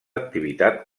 activitat